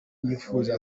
yifuza